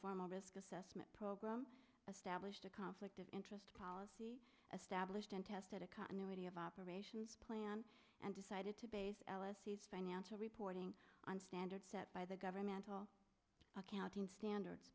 formal risk assessment program stablished a conflict of interest policy establishment tested a continuity of operations plan and decided to base elysees financial reporting on standards set by the governmental accounting standards